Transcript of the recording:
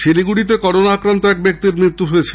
শিলিগুড়িতে করোনা আক্রান্ত এক ব্যক্তির মৃত্যু হয়েছে